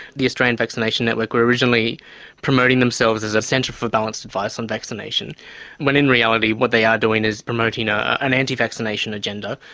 the australian vaccination network were originally promoting themselves as a centre for balanced advice on vaccination when in reality what they are doing is promoting ah an anti-vaccination agenda.